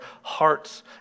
hearts